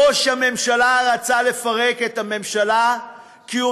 ראש הממשלה רצה לפרק את הממשלה כי הוא